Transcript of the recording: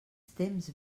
temps